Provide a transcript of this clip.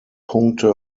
punkte